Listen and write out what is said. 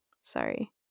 Sorry